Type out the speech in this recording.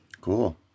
Cool